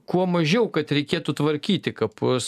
kuo mažiau kad reikėtų tvarkyti kapus